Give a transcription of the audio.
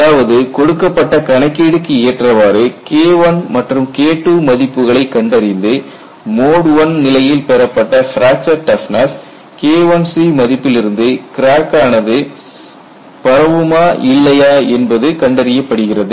அதாவது கொடுக்கப்பட்ட கணக்கீடுக்கு ஏற்றவாறு KI மற்றும் KII மதிப்புகளை கண்டறிந்து மோட் I நிலையில் பெறப்பட்ட பிராக்சர் டப்னஸ் K1C மதிப்பிலிருந்து கிராக்கானது பரவுமா இல்லையா என்பது கண்டறியப்படுகிறது